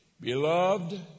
Beloved